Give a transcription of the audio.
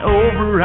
over